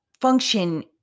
function